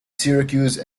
syracuse